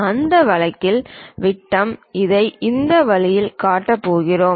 அந்த வழக்கில் விட்டம் இதை இந்த வழியில் காட்டப் போகிறோம்